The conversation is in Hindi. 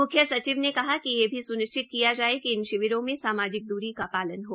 म्ख्य सचिव ने कहा है कि यह भी स्निश्चित किया जाए कि इन शिविरों में समाजिक दूरी का पालन हो